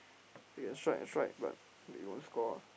strike strike but still can score ah